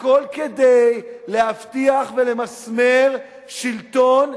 הכול כדי להבטיח ולמסמר שלטון,